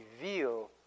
reveal